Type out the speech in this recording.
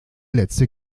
letzte